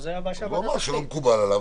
הוא אמר שלא מקובל עליו.